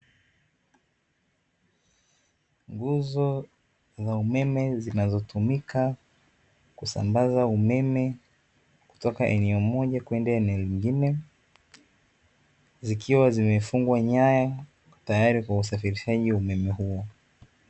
Nguzo za umeme zinazotumika kusambaza umeme, kutoka eneo moja kwenda eneo jingine zikiwa zimefungwa nyaya tayari kwa usafirishaji wa umeme huo.